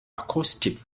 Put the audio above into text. acoustics